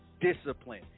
discipline